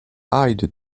hyde